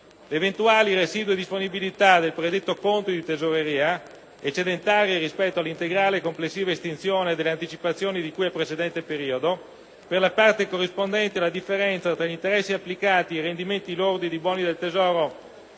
Le eventuali residue disponibilità del predetto conto di tesoreria, eccedentarie rispetto alla integrale complessiva estinzione delle anticipazioni di cui al precedente periodo, per la parte corrispondente alla differenza tra gli interessi applicati e i rendimenti lordi dei buoni del Tesoro